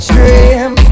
Dream